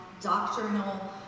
doctrinal